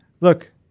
look